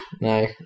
no